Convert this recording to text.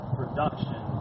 production